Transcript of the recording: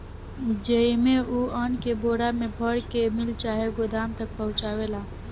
जेइमे, उ अन्न के बोरा मे भर के मिल चाहे गोदाम तक पहुचावेला